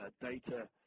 data